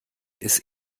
ist